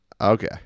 Okay